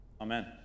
Amen